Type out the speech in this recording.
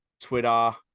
Twitter